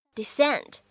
descent